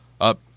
up